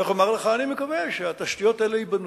איך אומר לך, אני מקווה שהתשתיות האלה ייבנו.